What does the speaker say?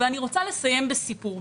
אני רוצה לסיים בסיפור.